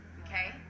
okay